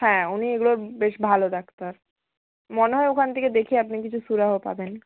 হ্যাঁ উনি এগুলোর বেশ ভালো ডাক্তার মনে হয় ওখান থেকে দেখিয়ে আপনি কিছু সুরাহাও পাবেন